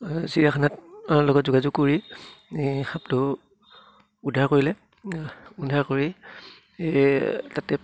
চিৰিয়াখানাত লগত যোগাযোগ কৰি এই সাপটো উদ্ধাৰ কৰিলে উদ্ধাৰ কৰি এই তাতে